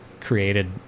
created